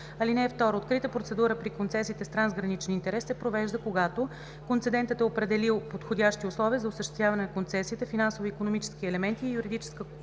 2 - 4. (2) Открита процедура при концесиите с трансграничен интерес се провежда когато концедентът е определил подходящи условия за осъществяване на концесията, финансово-икономически елементи и юридическа конструкция